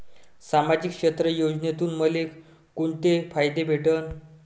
सामाजिक क्षेत्र योजनेतून मले कोंते फायदे भेटन?